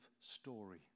story